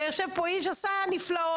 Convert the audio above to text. ויש פה איש שעשה נפלאות.